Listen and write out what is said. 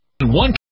One